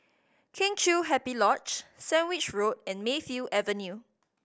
Kheng Chiu Happy Lodge Sandwich Road and Mayfield Avenue